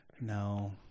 No